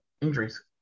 injuries